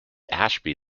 ashby